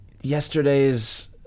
Yesterday's